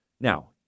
Now